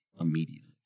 immediately